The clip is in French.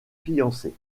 fiancé